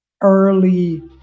early